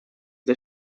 the